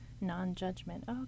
non-judgment